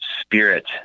spirit